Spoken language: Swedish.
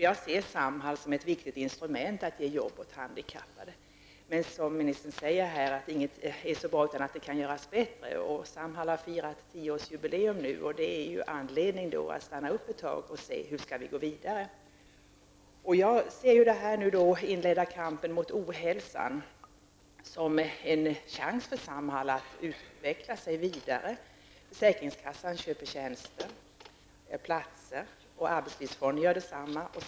Jag ser Samhall som ett viktigt instrument för att ge jobb åt handikappade. Men som ministern säger är ingenting så bra att det inte kan göras bättre. Samhall har nu firat tioårsjubileum, och det kan då finnas anledning att stanna upp ett tag och se hur vi skall gå vidare. Jag ser den nu inledda kampen mot ohälsan som en chans för Samhall att vidareutveckla sig. Försäkringskassorna köper tjänster av Samhall, och det gör även Arbetslivsfonden.